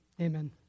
amen